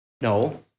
No